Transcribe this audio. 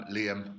Liam